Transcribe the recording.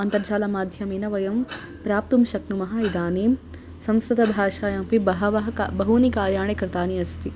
अन्तर्जालमाध्यमेन वयं प्राप्तुं शक्नुमः इदानीं संस्कृतभाषायामपि बहवः का बहूनि कार्याणि कृतानि अस्ति